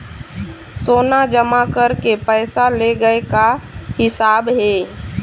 सोना जमा करके पैसा ले गए का हिसाब हे?